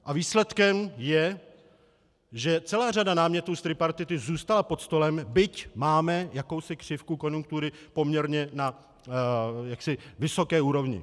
A výsledkem je, že celá řada námětů z tripartity zůstala pod stolem, byť máme jakousi křivku konjunktury poměrně na jaksi vysoké úrovni.